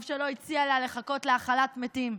טוב שלא הציע לה לחכות להכלת מתים.